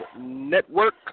Network